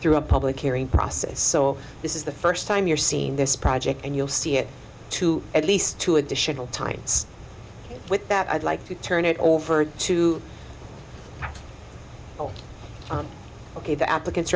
through a public hearing process so this is the first time you're seeing this project and you'll see it to at least two additional times with that i'd like to turn it over to ok the applicant